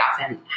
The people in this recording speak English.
often